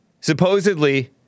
supposedly